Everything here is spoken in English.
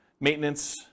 maintenance